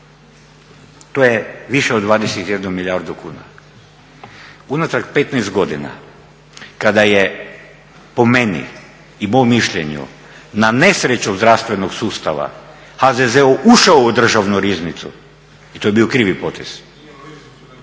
to je više od 21 milijardu kuna. Unatrag 15 godina kada je po meni i mom mišljenju na nesreću zdravstvenog sustava HZZO ušao u Državnu riznicu i to je bio krivi potez…